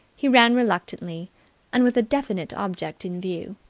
he ran reluctantly and with a definite object in view,